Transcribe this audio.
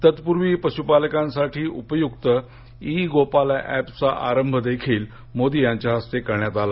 तत्पूर्वी पशुपालकांसाठी उपयुक्त ई गोपाला ऍपचा आरंभ देखील मोदी यांच्या हस्ते करण्यात आला